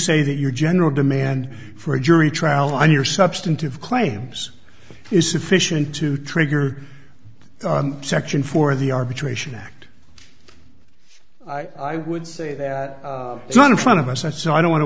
say that your general demand for a jury trial on your substantive claims is sufficient to trigger section four of the arbitration act i would say that it's not in front of us and so i don't want to